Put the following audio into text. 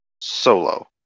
solo